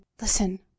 listen